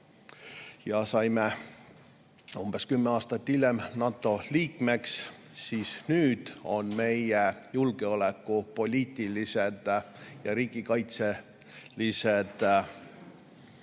ja saime umbes kümme aastat hiljem NATO liikmeks. Nüüd on meie julgeolekupoliitilised ja riigikaitselised